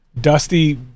dusty